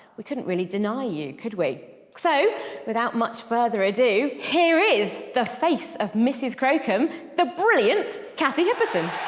we couldn't really deny you could we? so without much further ado, here is the face of mrs crocombe. the brilliant kathy hipperson!